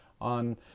on